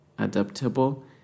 adaptable